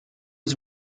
els